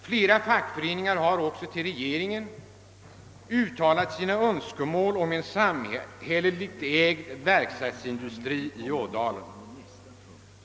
Flera fackföreningar har också till regeringen framfört önskemål om en samhälleligt ägd verkstadsindustri i Ådalen.